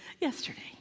yesterday